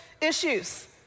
issues